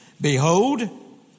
Behold